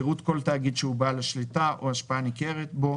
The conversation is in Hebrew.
פירוט כל תאגיד שבעל השליטה או ההשפעה הניכרת בו